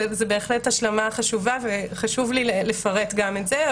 זאת בהחלט השלמה חשובה וחשוב לי לפרט גם את זה.